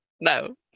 No